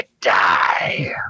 die